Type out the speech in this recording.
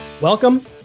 Welcome